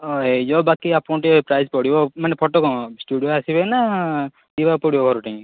ହଁ ହେଇଯିବ ବାକି ଆପଣଙ୍କୁ ଟିକିଏ ପ୍ରାଇସ୍ ପଡ଼ିବ ଆଉ ମାନେ ଫୋଟ କ'ଣ ଷ୍ଟୁଡ଼ିଓ ଆସିବେ ନା ଯିବାକୁ ପଡ଼ିବ ଘର ଠେଇଁକି